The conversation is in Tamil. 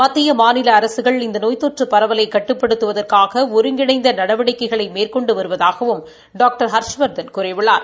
மத்திய மாநில அரசுகள் இந்த நோய் தொற்று பரவலை கட்டுப்படுத்துவதற்காக ஒருங்கிணைந்த நடவடிக்கைளை மேற்கொண்டு வருவதாகவும் டாக்டர் ஹர்ஷவர்தன் கூறியுள்ளார்